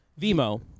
Vimo